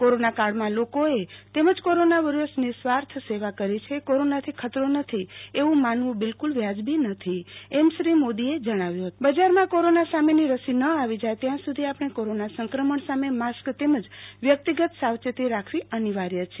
corona કાળમાં લોકોએ તેમજ કોરોના વોરીયર્સે નિસ્વાર્થ સેવા કરી છે કોરોનાથી ખતરો નથી એવુ બીલકુલ વ્યાજબી નથી એમશ્રી મોદીએ જણાવ્યુ બજારમાં કોરોના સામેની રસી ન આવી જાય ત્યાં સુધી આપણે કોરોના સંક્રમણ સામે માસ્ક તેમજ વ્યક્તિગત સાવચેતી રાખવી અનિવાર્ય છે